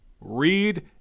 read